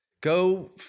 go